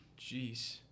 Jeez